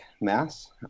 Mass